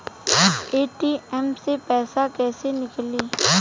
ATM से पैसा कैसे नीकली?